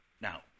Now